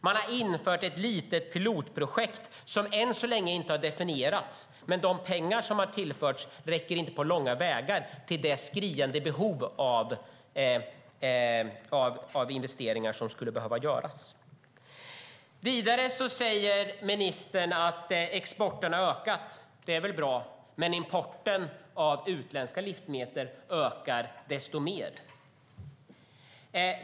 Man har infört ett litet pilotprojekt som än så länge inte har definierats, men de pengar som har tillförts räcker inte på långa vägar till det skriande behovet av investeringar som skulle behöva göras. Vidare säger ministern att exporten av livsmedel har ökat. Det är väl bra, men importen av utländska livsmedel ökar desto mer.